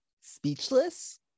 speechless